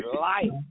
life